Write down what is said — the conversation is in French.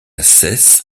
cesse